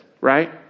right